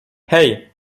hey